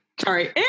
sorry